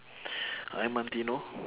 armantino